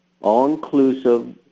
all-inclusive